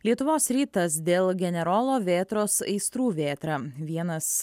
lietuvos rytas dėl generolo vėtros aistrų vėtra vienas